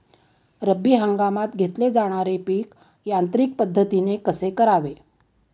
रब्बी हंगामात घेतले जाणारे पीक यांत्रिक पद्धतीने कसे करावे?